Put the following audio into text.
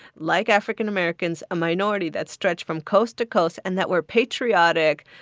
like african-americans, a minority that stretch from coast to coast and that were patriotic,